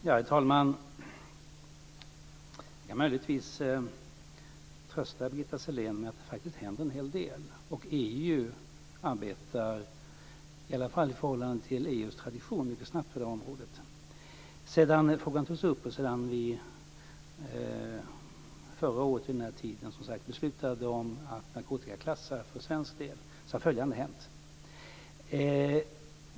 Herr talman! Jag kan möjligtvis trösta Birgitta Sellén med att det faktiskt händer en hel del. EU arbetar i alla fall i förhållande till vad som är EU:s tradition mycket snabbt på det här området. Sedan vi vid den här tiden förra året, som sagts, beslutade om att för svensk del göra en narkotikaklassning har följande hänt.